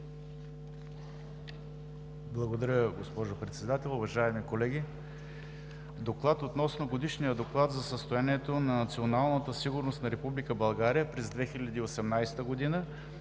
Благодаря, госпожо Председател. Уважаеми колеги! „ДОКЛАД относно Годишен доклад за състоянието на националната сигурност на Република България през 2018 г.,